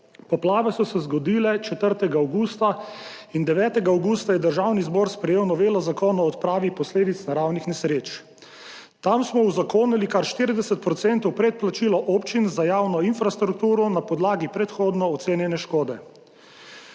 Poplave so se zgodile 4. avgusta in 9. avgusta je Državni zbor sprejel novelo Zakona o odpravi posledic naravnih nesreč. Tam smo uzakonili kar 40 procentov predplačil občin za javno infrastrukturo na podlagi predhodno ocenjene škode.